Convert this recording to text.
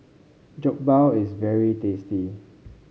Jokbal is very tasty